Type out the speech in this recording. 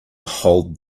hold